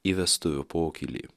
į vestuvių pokylį